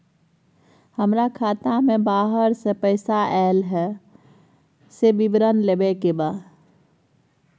हमरा खाता में बाहर से पैसा ऐल है, से विवरण लेबे के बा?